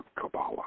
Kabbalah